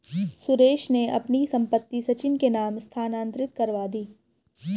सुरेश ने अपनी संपत्ति सचिन के नाम स्थानांतरित करवा दी